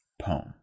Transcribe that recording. poem